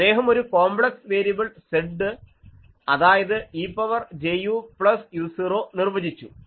അദ്ദേഹം ഒരു complex variable Z അതായത് e power j u plus u0 നിർവചിച്ചു